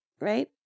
right